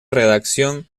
redacción